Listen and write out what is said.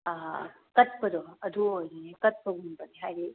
ꯀꯠꯄꯗꯣ ꯑꯗꯨ ꯑꯣꯏꯒꯗꯣꯏꯅꯦ ꯀꯠꯄꯒꯨꯝꯕꯅꯦ ꯍꯥꯏꯕꯗꯤ